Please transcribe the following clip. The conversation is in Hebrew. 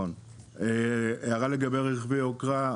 הערה לגבי רכבי יקרה,